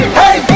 hey